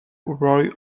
roy